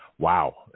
Wow